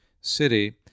city